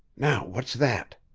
now what's that?